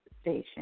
station